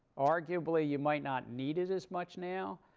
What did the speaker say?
arguably, you might not need it as much now.